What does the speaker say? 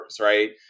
right